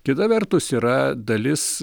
kita vertus yra dalis